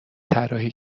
طراحی